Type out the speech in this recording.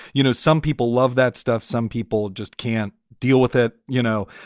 you know, some people love that stuff. some people just can't deal with it. you know,